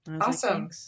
Awesome